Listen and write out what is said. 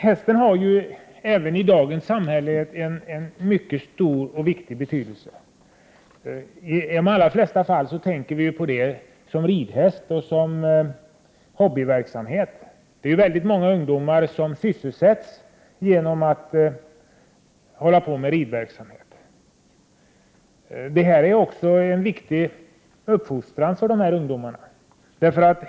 Hästen har även i dagens samhälle en mycket stor betydelse. I de flesta fall tänker vi på hästar såsom ridhästar för fritidsverksamhet. Det är väldigt många ungdomar som sysselsätts genom att hålla på med ridverksamhet. Detta är också en viktig uppfostran för dessa ungdomar.